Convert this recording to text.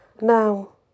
Now